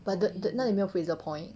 but the 那里没有 Fraser point